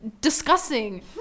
discussing